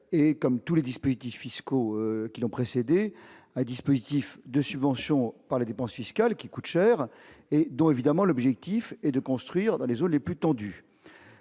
est, comme tous les dispositifs fiscaux qui l'ont précédé, un dispositif de subventions par les dépenses fiscales- il coûte cher -, dont l'objectif est de construire dans les zones les plus tendues.